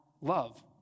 love